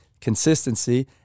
Consistency